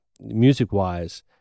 music-wise